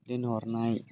दोनहरनाय